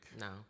no